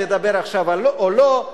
האם לדבר עכשיו או לא,